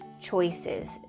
choices